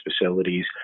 facilities